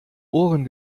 ohren